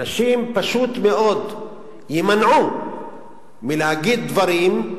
אנשים פשוט מאוד יימנעו מלהגיד דברים,